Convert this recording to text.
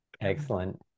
Excellent